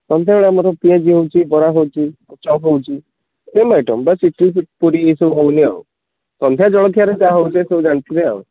ସନ୍ଧ୍ୟା ବେଳେ ଆମର ପିଆଜି ହେଉଛି ବରା ହେଉଛି ଚପ୍ ହେଉଛି ସେମ୍ ଆଇଟମ ବାସ ଇଟିଲି ପୁରି ଏସବୁ ହେଉନି ଆଉ ସନ୍ଧ୍ୟା ଜଳଖିଆରେ ଯାହା ହେଉଥିବେ ସବୁ ଜାଣିଥିବେ ଆଉ